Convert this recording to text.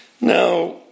Now